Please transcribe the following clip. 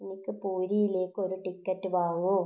എനിക്ക് പൂരിയിലേക്ക് ഒരു ടിക്കറ്റ് വാങ്ങൂ